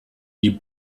die